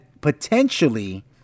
potentially